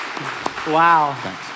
Wow